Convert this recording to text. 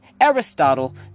Aristotle